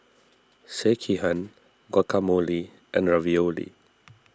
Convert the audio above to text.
Sekihan Guacamole and Ravioli